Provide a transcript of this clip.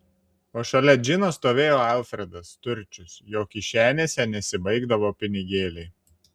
o šalia džino stovėjo alfredas turčius jo kišenėse nesibaigdavo pinigėliai